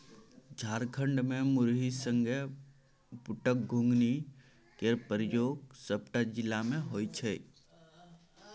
झारखंड मे मुरही संगे बुटक घुघनी केर प्रयोग सबटा जिला मे होइ छै